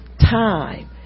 time